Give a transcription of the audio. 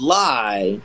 lie